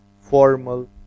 formal